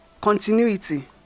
Continuity